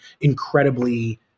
incredibly –